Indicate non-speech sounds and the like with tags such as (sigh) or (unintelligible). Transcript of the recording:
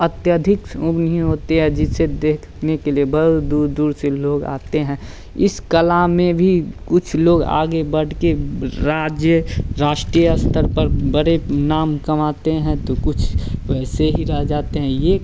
अत्यधिक (unintelligible) जिसे देखने के लिए बहुत दूर दूर से लोग आते हैं इस कला में भी कुछ लोग आगे बढ़ कर राज्य राष्ट्रीय स्तर पर बड़े नाम कमाते हैं तो कुछ ऐसे ही रह जाते हैं यह